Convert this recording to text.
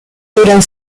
duran